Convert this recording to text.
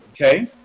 Okay